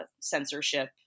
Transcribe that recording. censorship